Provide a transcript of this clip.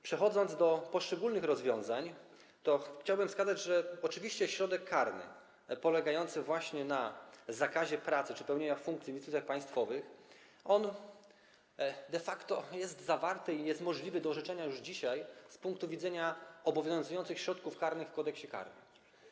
Przechodząc do poszczególnych rozwiązań, chciałbym wskazać, że oczywiście środek karny polegający właśnie na zakazie pracy czy pełnienia funkcji w instytucjach państwowych de facto jest zawarty i jest możliwy do orzeczenia już dzisiaj z punktu widzenia obowiązujących środków karnych w Kodeksie karnym.